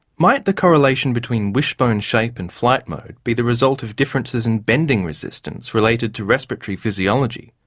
might the correlation between wishbone shape and flight mode be the result of differences in bending resistance related to respiratory physiology?